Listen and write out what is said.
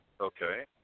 Okay